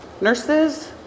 nurses